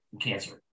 cancer